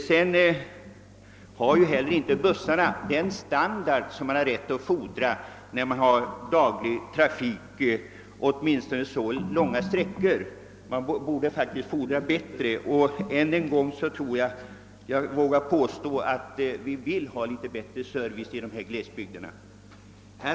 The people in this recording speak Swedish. Sedan har heller inte bussarna den standard som man har rätt att fordra vid daglig trafik så långa sträckor. Man kan kräva att standarden höjs. Jag säger än en gång att vi vill ha bättre service i dessa glesbygder!